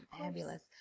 fabulous